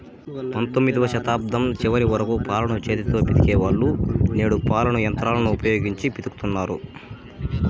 పంతొమ్మిదవ శతాబ్దం చివరి వరకు పాలను చేతితో పితికే వాళ్ళు, నేడు పాలను యంత్రాలను ఉపయోగించి పితుకుతన్నారు